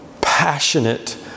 Passionate